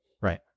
Right